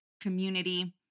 community